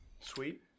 Sweet